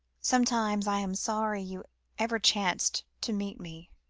sometimes i am sorry you ever chanced to meet me,